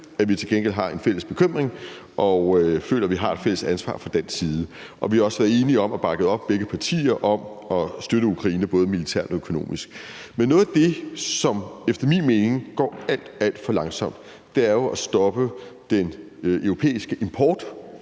at vi til gengæld har en fælles bekymring og føler, at vi har et fælles ansvar fra dansk side. Vi har også været enige og bakket op, begge partier, om at støtte Ukraine både militært og økonomisk, men noget af det, som efter min mening går alt, alt for langsomt, er at stoppe den europæiske import